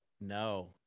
no